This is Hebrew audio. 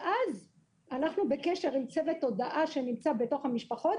אז אנחנו בקשר עם צוות הודעה שנמצא עם המשפחות